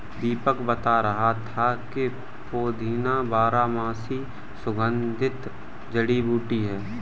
दीपक बता रहा था कि पुदीना बारहमासी सुगंधित जड़ी बूटी है